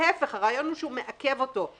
להיפך, הרעיון הוא שהוא מעכב אותו.